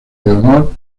leonor